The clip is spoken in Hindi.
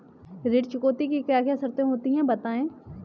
ऋण चुकौती की क्या क्या शर्तें होती हैं बताएँ?